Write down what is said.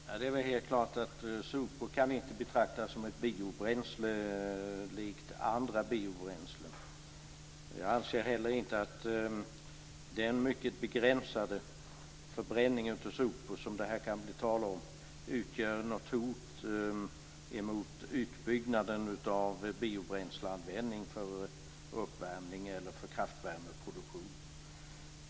Fru talman! Det är helt klart att sopor inte kan betraktas som ett biobränsle likt andra biobränslen. Jag anser inte heller att den mycket begränsade förbränning av sopor som det här kan bli tal om utgör något hot mot utbyggnaden av biobränsleanvändning för uppvärmning eller kraftvärmeproduktion.